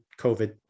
COVID